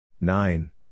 nine